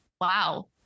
wow